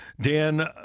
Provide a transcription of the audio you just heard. Dan